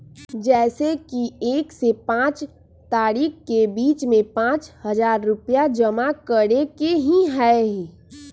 जैसे कि एक से पाँच तारीक के बीज में पाँच हजार रुपया जमा करेके ही हैई?